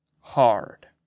hard